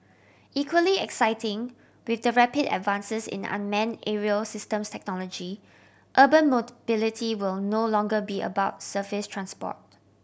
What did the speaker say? equally exciting with the rapid advances in unmanned aerial systems technology urban mode will no longer be about surface transport